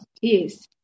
Yes